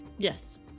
Yes